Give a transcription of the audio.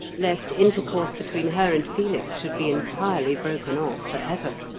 lest intercourse between her and felix should be entirely broken off for ever.